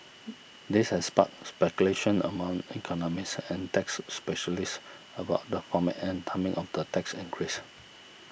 this has sparked speculation among economists and tax specialists about the format and timing of the tax increase